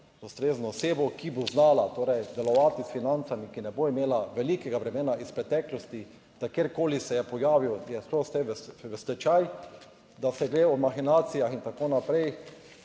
ustrezno osebo, ki bo znala torej delovati s financami, ki ne bo imela velikega bremena iz preteklosti, da kjerkoli se je pojavil, je šlo vse stečaj, da se ve, o mahinacijah in tako naprej,